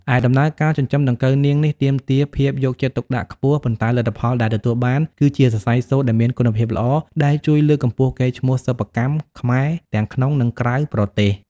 ឯដំណើរការចិញ្ចឹមដង្កូវនាងនេះទាមទារភាពយកចិត្តទុកដាក់ខ្ពស់ ប៉ុន្តែលទ្ធផលដែលទទួលបានគឺជាសរសៃសូត្រដែលមានគុណភាពល្អ ដែលជួយលើកកម្ពស់កេរ្តិ៍ឈ្មោះសិប្បកម្មខ្មែរទាំងក្នុងនិងក្រៅប្រទេស។